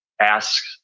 ask